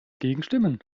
gegenstimmen